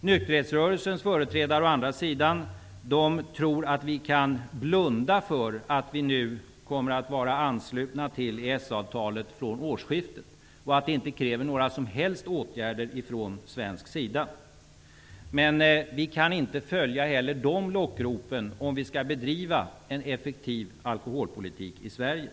Nykterhetsrörelsens företrädare tror å andra sidan att vi kan blunda för att Sverige nu kommer att vara anslutet till EES-avtalet från årsskiftet och att det inte kräver några som helst åtgärder från svensk sida. Vi kan inte följa de lockropen heller, om vi skall bedriva en effektiv alkoholpolitik i Sverige.